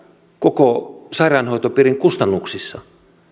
koko sairaanhoitopiirin kustannuksissa